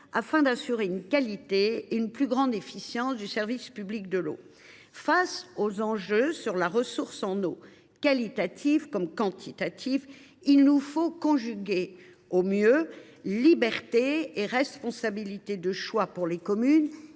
afin d’assurer une qualité et une plus grande efficience du service public de l’eau. Face aux enjeux qualitatifs autant que quantitatifs de la ressource en eau, il nous faut conjuguer au mieux liberté et responsabilité de choix pour les communes,